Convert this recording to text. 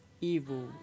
evil